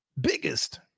biggest